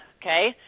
Okay